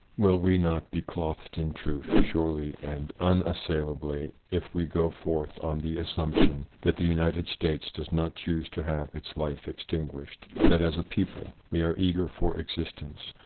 will we not be clothed in truth, surely and unassailab ly, if we go forth on the assumption that the united states does not choose to have its life extinguished, that as a people we are eager for existence,